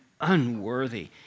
unworthy